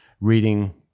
reading